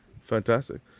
Fantastic